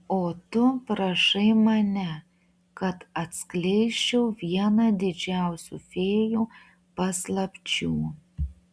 o tu prašai mane kad atskleisčiau vieną didžiausių fėjų paslapčių